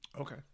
Okay